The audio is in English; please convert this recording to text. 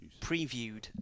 previewed